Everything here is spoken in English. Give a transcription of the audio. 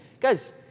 Guys